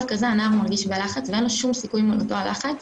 כזה הנער מרגיש בלחץ ואין לו שום סיכוי מול אותו לחץ.